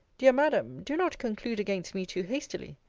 dear madam, do not conclude against me too hastily.